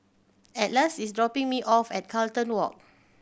Atlas is dropping me off at Carlton Walk